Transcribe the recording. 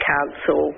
Council